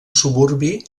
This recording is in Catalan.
suburbi